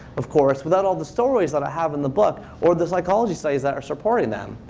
of course, without all the stories that i have in the book or the psychology studies that are supporting them.